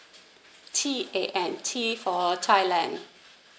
T A N T for thailand